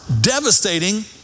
devastating